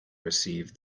receive